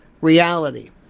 reality